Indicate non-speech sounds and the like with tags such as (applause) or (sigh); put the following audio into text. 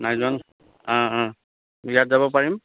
নাই যোৱা ন অঁ অঁ (unintelligible) যাব পাৰিম